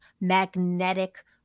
magnetic